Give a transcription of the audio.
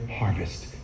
Harvest